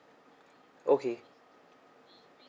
okay